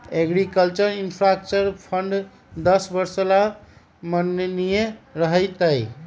agriculture infrastructure fund दस वर्ष ला माननीय रह तय